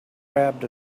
grabbed